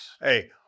Hey